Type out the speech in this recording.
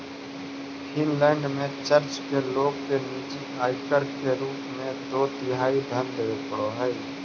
Finland में church के लोग के निजी आयकर के रूप में दो तिहाई धन देवे पड़ऽ हई